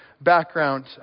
background